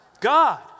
God